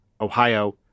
Ohio